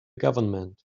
government